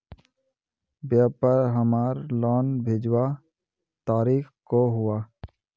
व्यापार हमार लोन भेजुआ तारीख को हुआ?